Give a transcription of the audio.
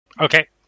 Okay